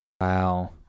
Wow